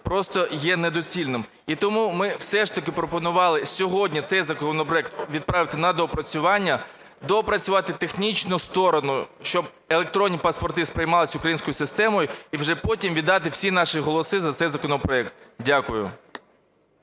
просто є недоцільним. І тому ми все ж таки пропонували сьогодні цей законопроект відправити на доопрацювання, доопрацювати технічну сторону, щоб електронні паспорти сприймались українською системою, і вже потім віддати всі наші голоси за цей законопроект. Дякую.